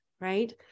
right